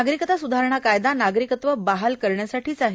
नागरिकता सुधारणा कायदा नागरिकत्व बहाल करण्यासाठी आहे